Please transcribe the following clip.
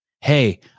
hey